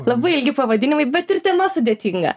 labai ilgi pavadinimai bet ir tema sudėtinga